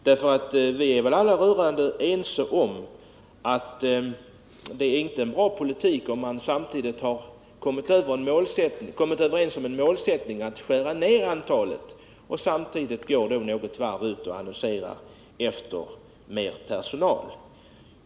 Det är väl alla rörande ense om att det inte är en bra politik, om man kommit överens om en målsättning att skära ned radikalt, och samtidigt något varv går ut och annonserar efter mer personal.